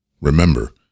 Remember